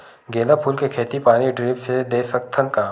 गेंदा फूल के खेती पानी ड्रिप से दे सकथ का?